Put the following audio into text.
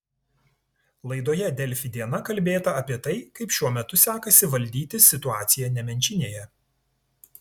laidoje delfi diena kalbėta apie tai kaip šiuo metu sekasi valdyti situaciją nemenčinėje